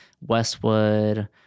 Westwood